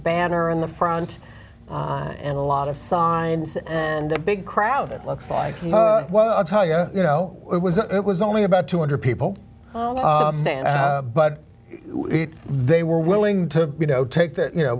banner in the front and a lot of sonnets and a big crowd it looks like well i'll tell you you know it was it was only about two hundred people but they were willing to you know take that you know